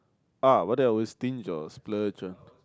ah whether I would stinge or splurge ah